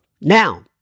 Now